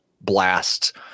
blast